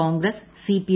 Congress CP